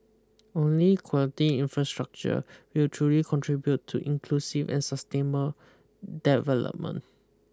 only quality infrastructure will truly contribute to inclusive and sustainable development